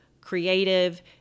creative